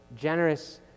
generous